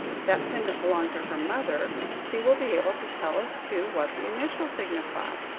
that pendant belonged to her mother, she will be able to tell us, too, what the initials signify.